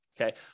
Okay